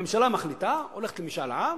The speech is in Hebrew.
הממשלה מחליטה, הולכת למשאל עם,